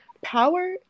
power